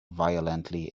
violently